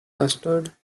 custard